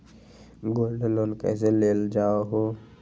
Gold loan कईसे लेल जाहु?